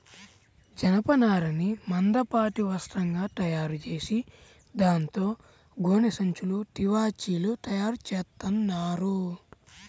జనపనారని మందపాటి వస్త్రంగా తయారుచేసి దాంతో గోనె సంచులు, తివాచీలు తయారుచేత్తన్నారు